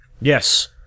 Yes